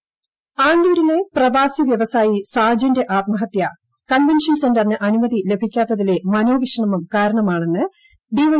സാജൻ ആത്മഹത്യ ആന്തൂരിലെ പ്രവാസി വ്യവസായി സാജന്റെ ആത്മഹത്യ കൺവെൻ സെന്ററിന് അനുമതി ലഭിക്കാത്തതിലെ മനോവിഷമം കാരണമെന്ന് ഡിവൈ